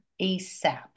ASAP